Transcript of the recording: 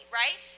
right